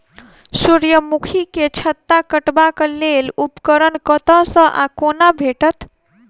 सूर्यमुखी केँ छत्ता काटबाक लेल उपकरण कतह सऽ आ कोना भेटत?